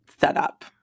setup